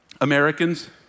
Americans